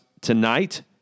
tonight